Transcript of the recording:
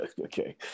okay